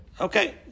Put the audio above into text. Okay